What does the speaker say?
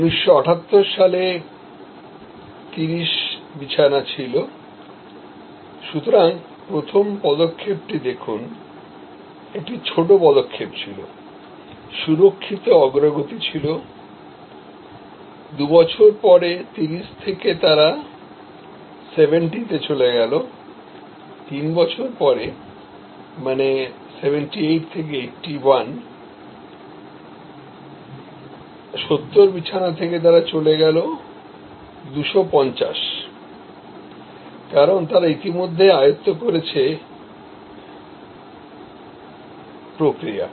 1978 সালে 30 ছিল সুতরাং প্রথম পদক্ষেপটি দেখুন একটি ছোট পদক্ষেপ ছিল সুরক্ষিত অগ্রগতি ছিল 2 বছর পরে 30 থেকে তারা 70 এ চলে গেছে 3 বছর পরে 78 থেকে 81 70 থেকে তারা চলে গেল 250 কারণ তারা ইতিমধ্যে আয়ত্ত করেছে প্রক্রিয়া